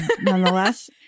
nonetheless